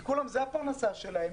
כי זו הפרנסה שלהם,